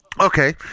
Okay